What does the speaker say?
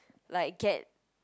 like get